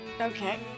okay